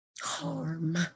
harm